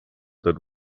that